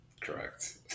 Correct